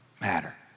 matter